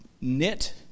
Knit